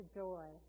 joy